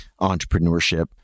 entrepreneurship